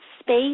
space